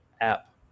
app